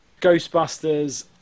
Ghostbusters